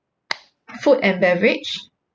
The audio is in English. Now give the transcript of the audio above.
food and beverage